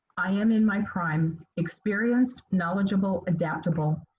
i am in my prime, experienced, knowledgeable, adaptable.